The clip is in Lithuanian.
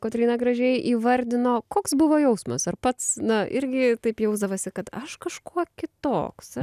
kotryna gražiai įvardino koks buvo jausmas ar pats na irgi taip jausdavaisi kad aš kažkuo kitoks